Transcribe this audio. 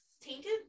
tainted